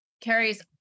Carrie's